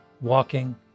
walking